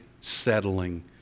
settling